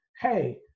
hey